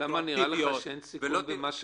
למה נראה לך שאין סיכון במה שאמרתי,